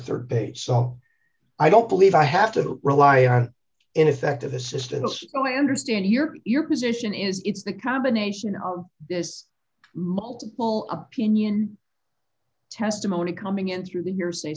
rd page so i don't believe i have to rely on ineffective assistance oh i understand your position is it's the combination of this multiple opinion testimony coming in through the years